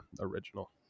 original